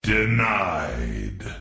Denied